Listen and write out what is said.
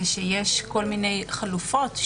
זה שיש כל מיני חלופות.